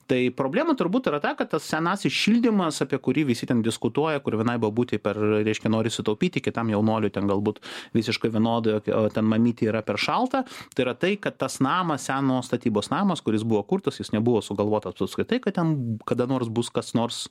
tai problema turbūt yra ta kad tas senasis šildymas apie kurį visi ten diskutuoja kur vienai bobutei per reiškia nori sutaupyti kitam jaunuoliui ten galbūt visiškai vienodai o ten mamytei yra per šalta tai yra tai kad tas namas senos statybos namas kuris buvo kurtas jis nebuvo sugalvota apskritai kad ten kada nors bus kas nors